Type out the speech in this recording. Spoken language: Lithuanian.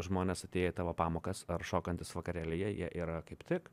žmonės atėję į tavo pamokas ar šokantys vakarėlyje jie yra kaip tik